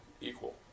equal